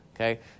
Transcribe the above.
okay